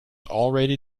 already